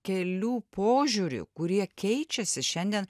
kelių požiūrių kurie keičiasi šiandien